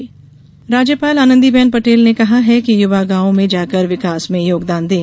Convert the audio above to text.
राज्यपाल आव्हान राज्यपाल आनंदीबेन पटेल ने कहा है कि युवा गांवों में जाकर विकास में योगदान दें